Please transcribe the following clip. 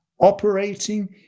operating